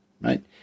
right